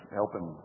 helping